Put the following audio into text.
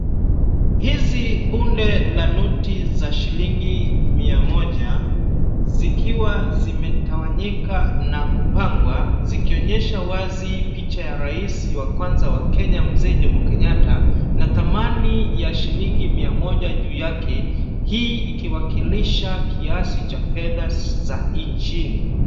Hizi bunde la noti za shilingi mia moja zikiwa zimetawanyika na kupangwa zikionyesha wazi picha ya rais wa kwanza wa kenya Mzee Jomo Kenyatta na thamani ya shilingi mia moja juu yake. Hii ikiwakilisha kiasi cha fedha za nchini.